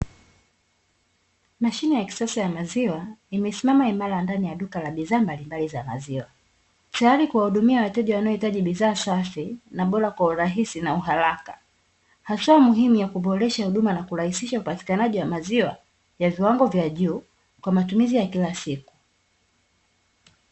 Mashine ya kisasa ya maziwa imesimama imara ndani ya duka la bidhaa mbalimbali za maziwa, tayari kuwahudumia wateja wanaohitaji bidhaa safi na bora kwa urahisi na uharaka. Hatua muhimu ya kuboresha huduma na kurahisisha upatikanaji wa maziwa ya viwango vya juu kwa matumizi ya kila siku.